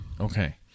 Okay